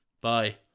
Bye